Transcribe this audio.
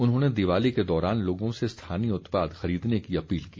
उन्होंने दीवाली के दौरान लोगों से स्थानीय उत्पाद खरीदने की अपील की